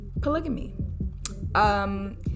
polygamy